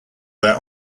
their